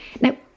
Now